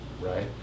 right